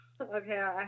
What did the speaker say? okay